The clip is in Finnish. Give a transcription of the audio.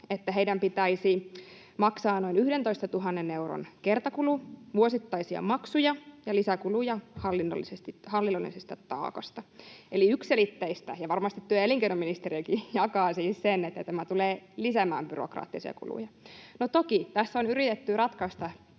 että heidän pitäisi maksaa noin 11 000 euron kertakulu vuosittaisia maksuja ja lisäkuluja hallinnollisesta taakasta, eli on yksiselitteistä, ja varmasti työ- ja elinkeinoministeriökin jakaa siis sen, että tämä tulee lisäämään byrokraattisia kuluja. No, toki tässä on yritetty ratkaista